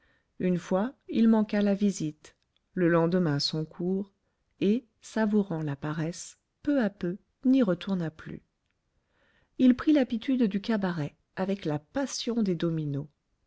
une fois il manqua la visite le lendemain son cours et savourant la paresse peu à peu n'y retourna plus il prit l'habitude du cabaret avec la passion des dominos